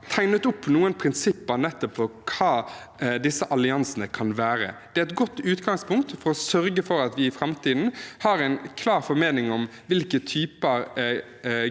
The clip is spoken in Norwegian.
nå har tegnet opp noen prinsipper for hva disse alliansene kan være. Det er et godt utgangspunkt for å sørge for at vi i framtiden har en klar formening om hvilke typer